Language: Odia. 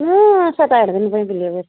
ମୁଁ ସାତ ଆଠଦିନ ପାଇଁ ବୁଲିବାକୁ ଆସିଛି